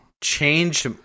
changed